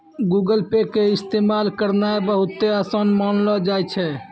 Google Pay के इस्तेमाल करनाय बहुते असान मानलो जाय छै